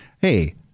hey –